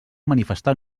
manifestar